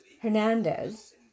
Hernandez